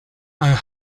and